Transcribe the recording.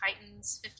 Titans